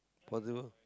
possible